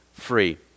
Free